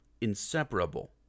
inseparable